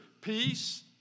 peace